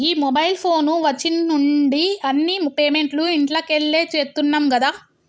గీ mobile phone వచ్చిన్నుండి అన్ని పేమెంట్లు ఇంట్లకెళ్లే చేత్తున్నం గదా